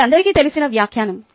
అది అందరికీ తెలిసిన వ్యాఖ్యానం